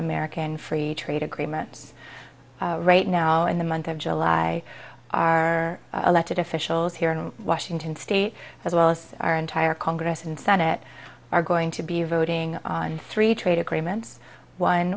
american free trade agreements right now in the month of july our elected officials here in washington state as well as our entire congress and senate are going to be voting on three trade agreements one